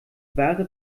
wahre